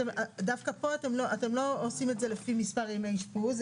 דווקא פה אתם לא עושים את זה לפי מספר ימי אשפוז,